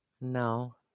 No